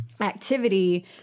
activity